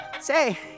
Say